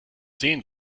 sehen